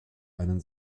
einen